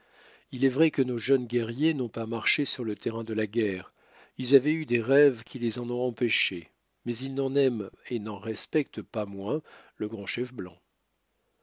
il est vrai que nos jeunes guerriers n'ont pas marché sur le terrain de la guerre ils avaient eu des rêves qui les en ont empêchés mais ils n'en aiment et n'en respectent pas moins le grand chef blanc